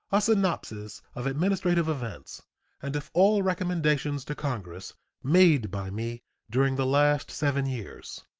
a synopsis of administrative events and of all recommendations to congress made by me during the last seven years.